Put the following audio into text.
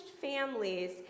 families